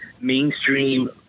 mainstream